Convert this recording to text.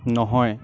নহয়